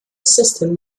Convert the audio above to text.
system